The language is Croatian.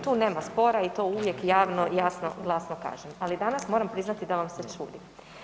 Tu nema spora i to uvijek javno jasno glasno kažem, ali danas moram priznati da vam se čudim.